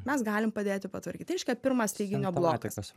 mes galim padėti patvarkyt tai reiškia pirmas teiginio blogas